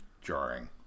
jarring